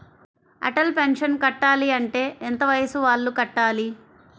Atal pension కట్టాలి అంటే ఎంత వయసు వాళ్ళు కట్టాలి?